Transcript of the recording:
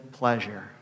pleasure